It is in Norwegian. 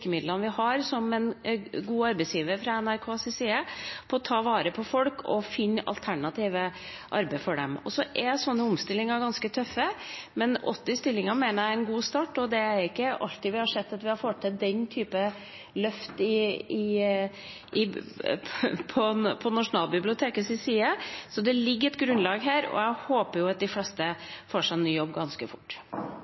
oppretter. Vi har også prøvd å bruke alle de virkemidlene vi har som en god arbeidsgiver fra NRKs side, på å ta vare på folk og finne alternativt arbeid for dem. Sånne omstillinger er ganske tøffe, men 80 stillinger mener jeg er en god start. Det er ikke alltid vi har fått til den typen løft fra Nasjonalbibliotekets side, så det ligger et grunnlag her , og jeg håper at de fleste